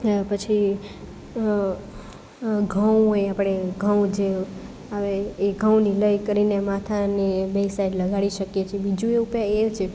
એ પછી ઘઉં એ આપણે ઘઉં જે આવે એ ઘઉંની લઈ કરીને માથાની બેય સાઈડ લગાડી શકીએ છે બીજું એ ઉપાય એ છે